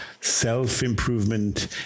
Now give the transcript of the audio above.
self-improvement